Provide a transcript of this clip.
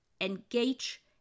engage